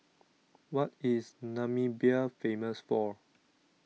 what is Namibia famous for